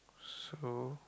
so